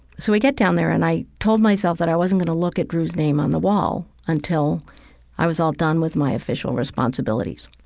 so we get down there, and i told myself that i wasn't going to look at drew's name on the wall until i was all done with my official responsibilities.